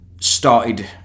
started